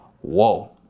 Whoa